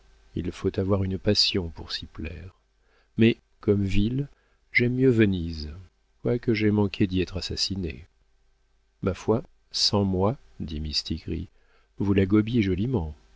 il faut avoir une passion pour s'y plaire mais comme ville j'aime mieux venise quoique j'aie manqué d'y être assassiné ma foi sans moi dit mistigris vous la gobiez joliment